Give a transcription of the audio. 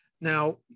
Now